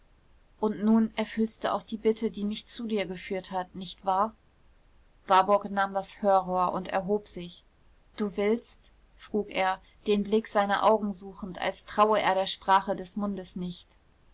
und nun erfüllst du auch die bitte die mich zu dir geführt hat nicht wahr warburg nahm das hörrohr und erhob sich du willst frug er den blick seiner augen suchend als traue er der sprache des mundes nicht